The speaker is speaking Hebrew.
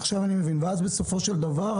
בסופו של דבר,